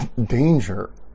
danger